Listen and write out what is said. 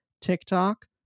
TikTok